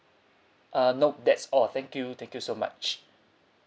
uh nope that's all thank you thank you so much